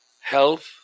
health